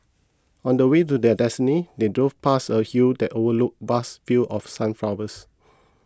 on the way to their destiny they drove past a hill that overlooked vast fields of sunflowers